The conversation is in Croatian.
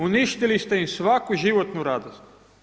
Uništili ste im svaku životnu radost.